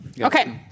Okay